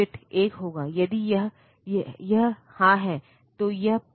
तो यह एक सामान्य प्रयोजन प्रोसेसर है और यह एक माइक्रोप्रोसेसर है